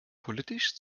politisch